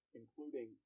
including